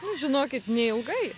nu žinokit neilgai